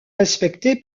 respecté